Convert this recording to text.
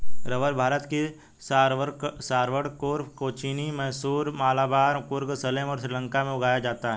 रबड़ भारत के त्रावणकोर, कोचीन, मैसूर, मलाबार, कुर्ग, सलेम और श्रीलंका में उगाया जाता है